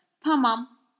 tamam